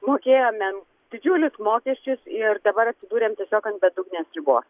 mokėjome didžiulius mokesčius ir dabar atsidūrėm tiesiog ant bedugnės ribos